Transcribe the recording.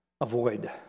avoid